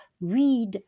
read